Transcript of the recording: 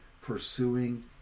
pursuing